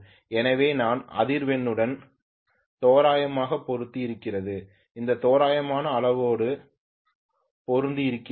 எனவே நான் அதிர்வெண்ணுடன் தோராயமாக பொருந்தி இருக்கிறது மற்றும் தோராயமாக அளவோடு பொருந்தி இருக்கிறது